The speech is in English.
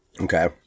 Okay